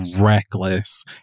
reckless